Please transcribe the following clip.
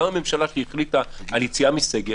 גם הממשלה שהחליטה על יציאה מסגר,